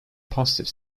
positive